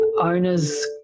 owners